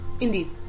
Indeed